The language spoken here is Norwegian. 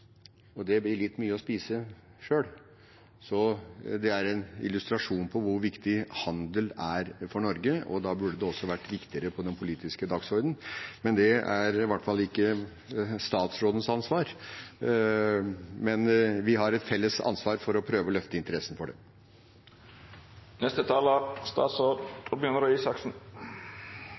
og det blir litt mye å spise selv. Det er en illustrasjon på hvor viktig handel er for Norge, og da burde det også vært viktigere for den politiske dagsordenen. Men det er i hvert fall ikke statsrådens ansvar. Vi har et felles ansvar for å prøve å løfte interessen for det.